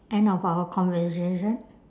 end of our conversation